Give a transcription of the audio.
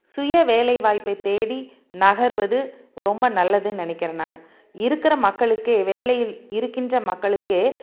சுய வேலைவாய்ப்பை தேடி நகர்வது ரொம்ப நல்லதுன்னு நினைக்கிறேன் நானு இருக்கிற மக்களுக்கே வேலையில் இருக்கின்ற மக்களுக்கே